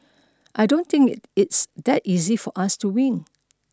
I don't think it's that easy for us to win